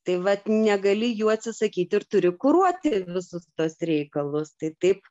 tai vat negali jų atsisakyt ir turi kuruoti visus tuos reikalus tai taip